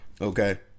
Okay